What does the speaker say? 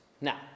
Now